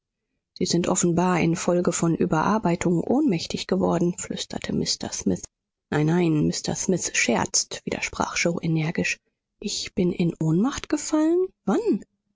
sie sind offenbar infolge von überarbeitung ohnmächtig geworden flüsterte mr smith nein nein mr smith scherzt widersprach yoe energisch ich bin in ohnmacht gefallen wann